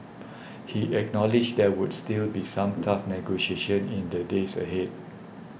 he acknowledged there would still be some tough negotiations in the days ahead